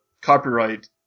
copyright